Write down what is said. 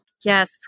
Yes